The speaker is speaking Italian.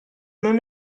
non